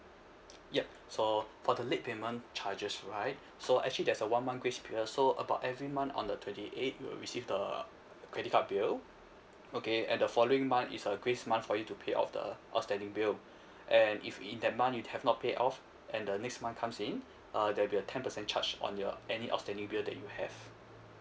yup so for the late payment charges right so actually there's a one month grace period so about every month on the twenty eight you will receive the credit card bill okay and the following month is a grace month for you to pay off the outstanding bill and if in that month you have not paid off and the next month comes in uh there'll be a ten percent charge on your any outstanding bill that you have